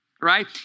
Right